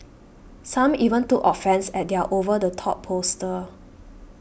some even took offence at their over the top poster